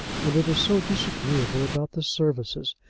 and it is so disagreeable about the services.